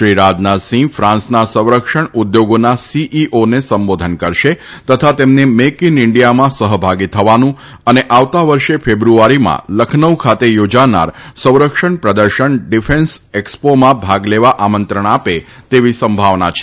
શ્રી રાજનાથસિંહ ફ્રાંસના સંરક્ષણ ઉદ્યોગોના સીઈઓને સંબોધન કરશે તથા તેમને મેઈક ઈન ઈન્ડિથાના સહભાગી થવાનું અને આવતા વર્ષે ફેબ્રુઆરીમાં લખનૌ ખાતે યોજાનાર સંરક્ષણ પ્રદર્શન ડિફેન્સએક્સ્પોમાં ભાગ લેવા આમંત્રણ આપે તેવી સંભાવના છે